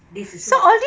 this is not